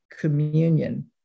communion